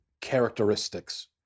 characteristics